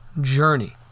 journey